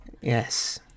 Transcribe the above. Yes